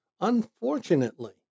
Unfortunately